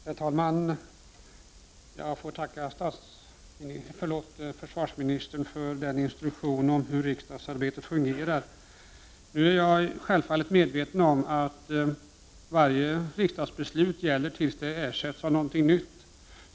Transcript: Herr talman! Jag ber att få tacka försvarsministern för hans instruktion om hur riksdagsarbetet fungerar. Jag är självfallet medveten om att varje riksdagsbeslut gäller tills det ersätts av ett nytt.